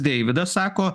deividas sako